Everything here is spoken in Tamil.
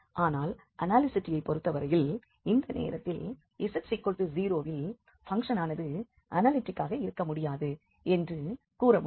ஆனால் அனாலிசிட்டியைப் பொறுத்த வரையில் இந்த நேரத்தில் z0 இல் பங்க்ஷனானது அனாலிட்டிக் ஆக இருக்க முடியாது என்ற கூற முடியும்